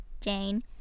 Jane